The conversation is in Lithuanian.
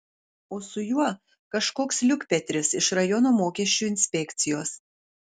o su juo kažkoks liukpetris iš rajono mokesčių inspekcijos